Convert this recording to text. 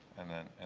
and then, and